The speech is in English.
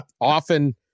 often